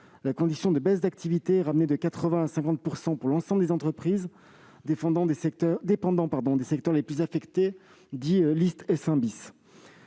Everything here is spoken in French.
la condition de baisse d'activité est ramenée de 80 % à 50 % pour l'ensemble des entreprises dépendant des secteurs les plus affectés, dits « liste S1 ».